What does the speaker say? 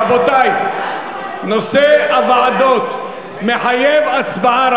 רבותי, נושא הוועדות מחייב הצבעה.